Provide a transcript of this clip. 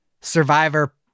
Survivor